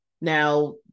now